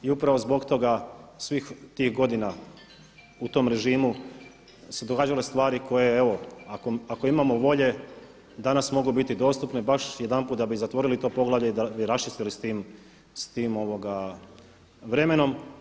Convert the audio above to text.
I upravo zbog toga svih tih godina u tom režimu su se događale stvari koje evo ako imamo volje danas mogu biti dostupne baš jedanput da bi zatvorili to poglavlje i da bi raščistili s tim vremenom.